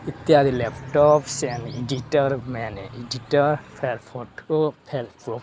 ଇତ୍ୟାଦି laptop editor ମାନେ editor fail photo fail ଫୁ